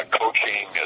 coaching